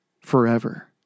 forever